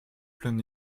plein